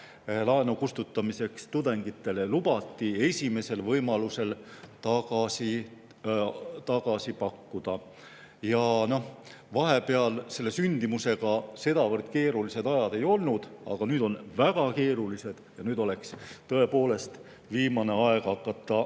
laenu kustutamiseks ära ja lubati esimesel võimalusel tagasi pakkuda. Vahepeal sündimusega sedavõrd keerulised [lood] ei olnud, aga nüüd on väga keerulised ja nüüd oleks tõepoolest viimane aeg hakata